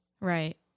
Right